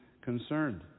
concerned